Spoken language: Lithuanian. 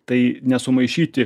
tai nesumaišyti